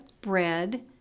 bread